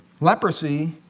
Leprosy